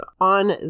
on